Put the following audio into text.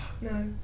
No